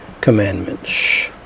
commandments